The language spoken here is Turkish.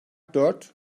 dört